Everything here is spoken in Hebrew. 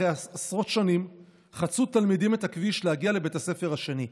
אחרי עשרות שנים חצו תלמידים את הכביש להגיע לבית הספר השני.